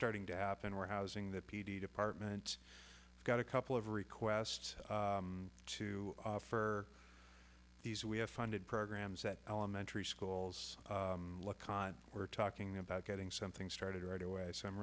starting to happen warehousing that p d department got a couple of requests to for these we have funded programs at elementary schools we're talking about getting something started right away so i'm